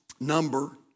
number